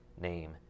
name